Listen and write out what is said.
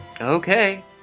Okay